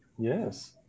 yes